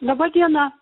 laba diena